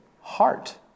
heart